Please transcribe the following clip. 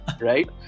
Right